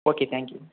okay thank you